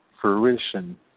fruition